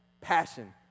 passion